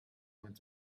went